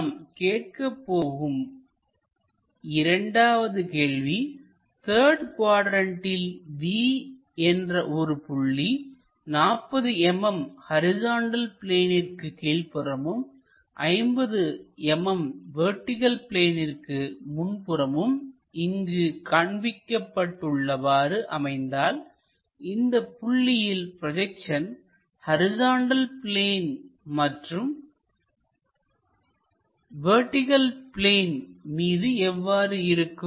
நாம் கேட்கப்போகும் இரண்டாவது கேள்வி த்தர்டு குவாட்ரண்ட்டில் B என்ற ஒரு புள்ளி 40 mm ஹரிசாண்டல் பிளேனிற்கு கீழ்ப்புறமும் 50 mm வெர்டிகள் பிளேனிற்கு முன்புறமும் இங்கு காண்பிக்கப்பட்டு உள்ளவாறு அமைந்தால் இந்தப் புள்ளியில் ப்ரொஜெக்ஷன் ஹரிசாண்டல் பிளேன் மற்றும் வெர்டிகள் பிளேன் மீது எவ்வாறு இருக்கும்